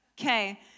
Okay